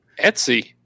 Etsy